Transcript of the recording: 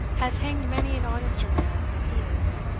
has hanged many an honester man than he is.